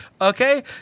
okay